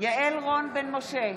יעל רון בן משה,